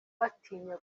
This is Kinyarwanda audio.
batinya